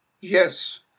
Yes